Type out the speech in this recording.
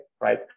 right